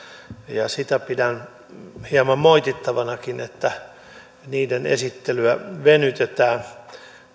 ja sitä pidän hieman moitittavanakin että niiden esittelyä venytetään